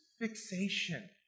fixation